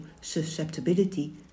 susceptibility